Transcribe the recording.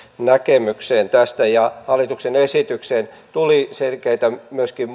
näkemykseen tästä hallituksen esitykseen tuli tässä myöskin